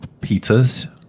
pizzas